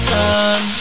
time